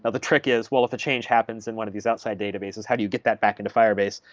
ah the trick is well, if a change happens in one of these outside databases, how do you get that back in a firebase?